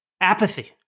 apathy